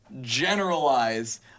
generalize